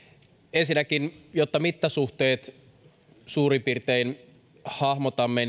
ensinnäkin sanon jotta mittasuhteet suurin piirtein hahmotamme